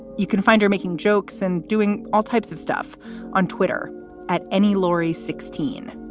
you can find her making jokes and doing all types of stuff on twitter at any lauree sixteen.